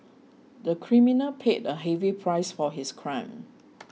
the criminal paid a heavy price for his crime